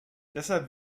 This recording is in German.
deshalb